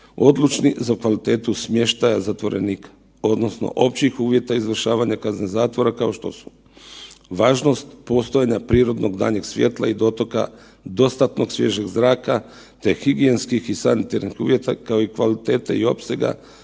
odlučni za kvalitetu smještaja zatvorenika odnosno općih uvjeta izvršavanja kazne zatvora kao što su važnost postojanja prirodnog danjeg svjetla i dotoka dostatnog svježeg zraka, te higijenskih i sanitarnih uvjeta, kao i kvalitete i opsega